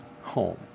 home